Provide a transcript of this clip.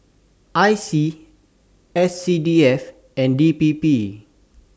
I C S C D F and D P P